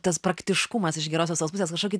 tas praktiškumas iš gerosios tos pusės kažkokį